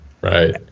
Right